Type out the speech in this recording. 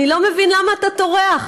אני לא מבין למה אתה טורח.